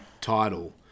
title